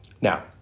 Now